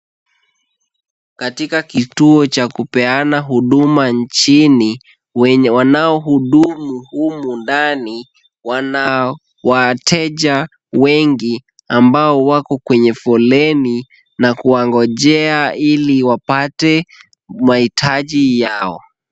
Katika kituo cha kupeana huduma nchini. Wanaohudumu humu ndani wana wateja wengi, ambao wako kwenye foleni na kuwangojea ili wapate mahitaji yao.